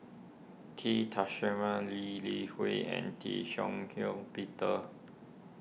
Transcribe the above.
T Lee Li Hui and Tee Shih Shiong Peter